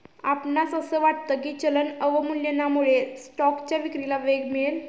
आपणास असे वाटते की चलन अवमूल्यनामुळे स्टॉकच्या विक्रीला वेग मिळेल?